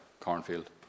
cornfield